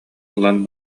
ылан